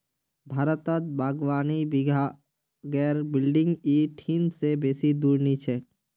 भारतत बागवानी विभागेर बिल्डिंग इ ठिन से बेसी दूर नी छेक